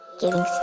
giving